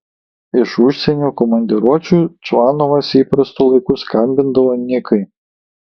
iš užsienio komandiruočių čvanovas įprastu laiku skambindavo nikai